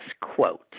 quote